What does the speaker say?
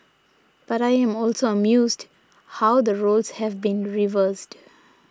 but I am also amused how the roles have been reversed